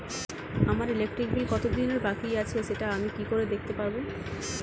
আমার electric bill কত দিনের বাকি আছে সেটা আমি কি করে দেখতে পাবো?